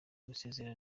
gusezera